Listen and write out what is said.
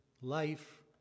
life